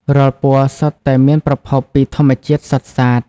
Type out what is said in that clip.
រាល់ពណ៌សុទ្ធតែមានប្រភពពីធម្មជាតិសុទ្ធសាធ។